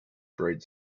bright